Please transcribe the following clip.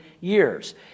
years